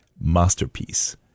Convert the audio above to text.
masterpiece